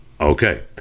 okay